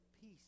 peace